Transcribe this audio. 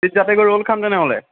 street জাতেই গৈ ৰ'ল খাম তেনেহ'লে